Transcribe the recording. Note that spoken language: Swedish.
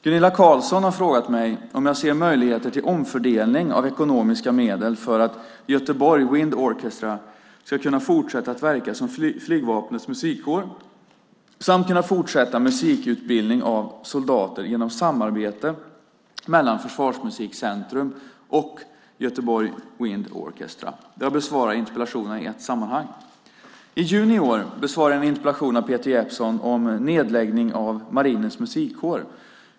Gunilla Carlsson har frågat mig om jag ser möjligheter till omfördelning av ekonomiska medel för att Göteborg Wind Orchestra ska kunna fortsätta att verka som Flygvapnets musikkår samt kunna fortsätta musikutbildningen av soldater genom samarbete mellan Försvarsmusikcentrum och Göteborg Wind Orchestra. Jag besvarar interpellationerna i ett sammanhang. I juni i år besvarade jag en interpellation av Peter Jeppsson om nedläggning av Marinens musikkår .